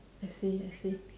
I see I see